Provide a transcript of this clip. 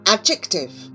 Adjective